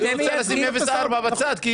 היא רוצה לשים 0.4 בצד.